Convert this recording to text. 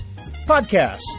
Podcast